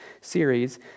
series